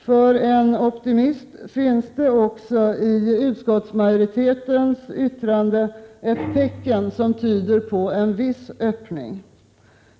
För en optimist finns det också i utskottsmajoritetens yttrande ett tecken som tyder på en viss öppning.